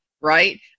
right